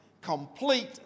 complete